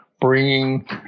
bringing